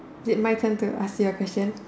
is it my turn to ask you a question